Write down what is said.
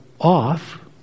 off